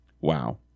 wow